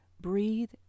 breathe